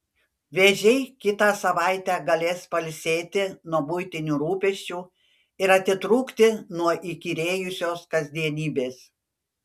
vėžiai kitą savaitę galės pailsėti nuo buitinių rūpesčių ir atitrūkti nuo įkyrėjusios kasdienybės